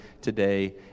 today